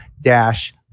dash